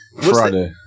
Friday